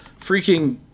freaking